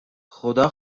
خدا